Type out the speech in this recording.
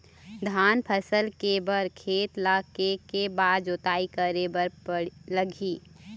धान फसल के बर खेत ला के के बार जोताई करे बर लगही?